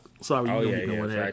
Sorry